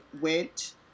went